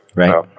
right